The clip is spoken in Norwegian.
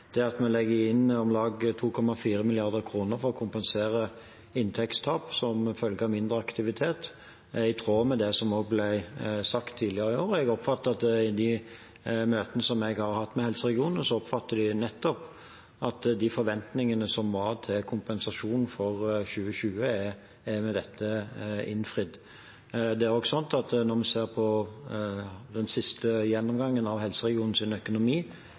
å kompensere for inntektstap som følge av mindre aktivitet, er i tråd med det som ble sagt tidligere i år. I de møtene jeg har hatt med helseregionene, oppfatter jeg at de forventningene som var til kompensasjon for 2020, med dette er innfridd. Når vi ser på den siste gjennomgangen av helseregionenes økonomi for 2020, viser den gode og positive resultater. Det betyr at på tross av de utfordringene som har vært i 2020, er det mye som viser at helseregionene kan opprettholde sin